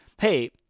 hey